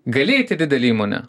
gali eit į didelę įmonę